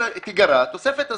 תיגרע התוספת הזו.